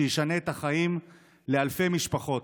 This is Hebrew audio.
שישנה את החיים לאלפי משפחות,